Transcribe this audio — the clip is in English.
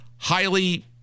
highly